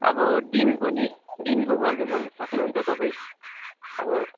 अब दिनको नि दिन गर्नुभयो भने सक्नुहुन्छ तपाईँ अब